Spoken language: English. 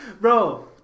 Bro